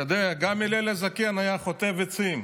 אתה יודע, גם הלל הזקן היה חוטב עצים,